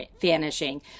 vanishing